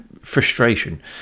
frustration